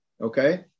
okay